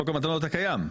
חוק המתנות הקיים,